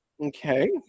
Okay